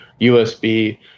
USB